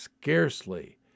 Scarcely